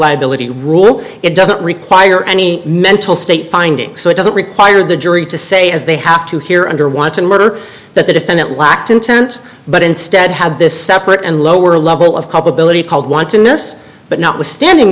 liability rule it doesn't require any mental state findings so it doesn't require the jury to say as they have to here under want to murder that the defendant lacked intent but instead had this separate and lower level of culpability called want to know this but not withstanding